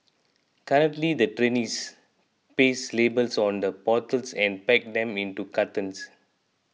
currently the trainees paste labels on the bottles and pack them into cartons